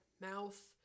mouth